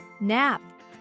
nap